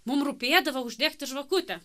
mum rūpėdavo uždegti žvakutę